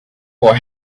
were